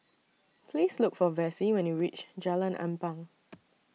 Please Look For Vessie when YOU REACH Jalan Ampang